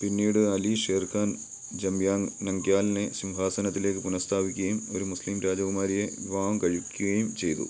പിന്നീട് അലി ഷേർ ഖാൻ ജംയാങ് നംഗ്യാലിനെ സിംഹാസനത്തിലേക്ക് പുനഃസ്ഥാപിക്കയും ഒരു മുസ്ലീം രാജകുമാരിയെ വിവാഹം കഴിക്കയും ചെയ്തു